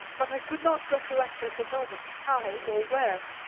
but i could not recollect at the moment how or where.